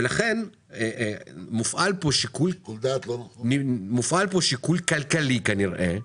ולכן מופעל פה שיקול כלכלי כנראה,